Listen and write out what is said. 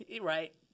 Right